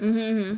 mm mm mm